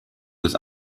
was